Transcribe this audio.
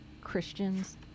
christians